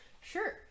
Sure